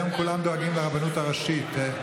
היום כולם דואגים לרבנות הראשית.